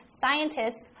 scientists